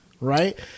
right